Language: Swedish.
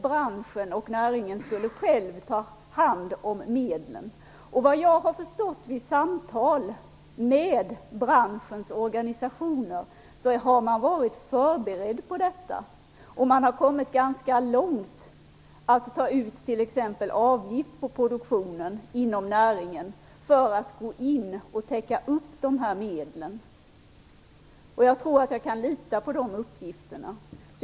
Branschen och näringen skulle själva ta hand om medlen. Såvitt jag förstår efter samtal med branschens organisationer har man varit förberedd på detta. Man har kommit ganska långt t.ex. när det gäller att ta ut en avgift på produktionen inom näringen för att täcka upp medlen i fråga. Jag tror att jag kan lita på de uppgifterna.